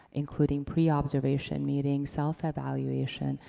including pre-observation meeting, self-evaluation,